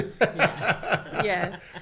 Yes